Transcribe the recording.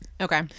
Okay